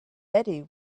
betty